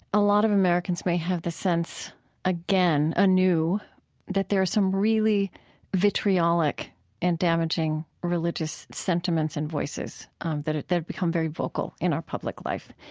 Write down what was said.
a lot of americans may have the sense again anew that there are some really vitriolic and damaging religious sentiments and voices that have become very vocal in our public life.